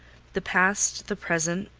the past, the present,